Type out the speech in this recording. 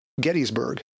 Gettysburg